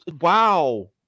wow